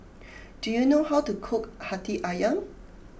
do you know how to cook Hati Ayam